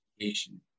education